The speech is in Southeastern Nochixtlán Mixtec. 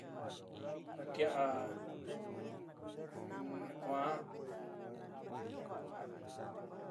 Ja tia'a kuaan.